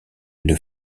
une